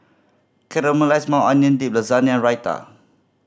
Caramelized Maui Onion Dip Lasagna Raita